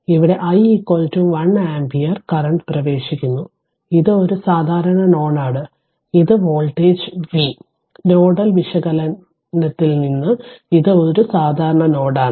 ഇവിടെ i 1 ampere current പ്രവേശിക്കുന്നു ഇത് ഒരു സാധാരണ നോഡാണ് ഇത് വോൾട്ടേജ് V നോഡൽ വിശകലനത്തിൽ നിന്ന് ഇത് ഒരു സാധാരണ നോഡാണ്